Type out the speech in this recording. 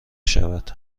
شود